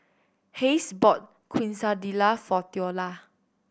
Hays bought Quesadilla for Theola